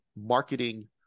marketing